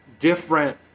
different